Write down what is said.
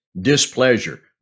displeasure